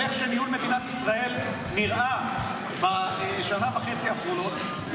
על איך שניהול מדינת ישראל נראה בשנה וחצי האחרונות.